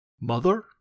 Mother